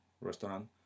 restaurant